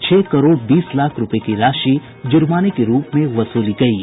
छह करोड़ बीस लाख रूपये की राशि जुर्माने के रूप में वसूली गयी